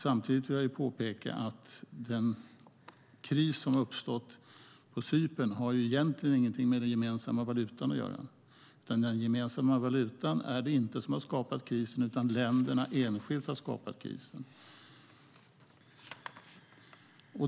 Samtidigt vill jag påpeka att den kris som uppstått på Cypern egentligen inte har någonting med den gemensamma valutan att göra. Det är inte den gemensamma valutan som har skapat krisen, utan länderna enskilt har skapat krisen.